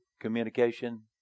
communication